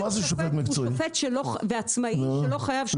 שופט מקצועי הוא שופט שהוא עצמאי ולא חייב שום דבר.